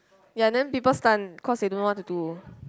ya then people stun cause they don't know what to do